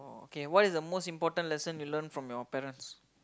okay what is the most important lesson you learn from your parents